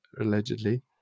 allegedly